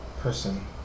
person